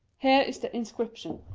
here is the inscription